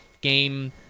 game